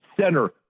center